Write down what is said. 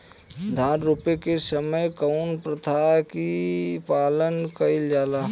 धान रोपे के समय कउन प्रथा की पालन कइल जाला?